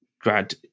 grad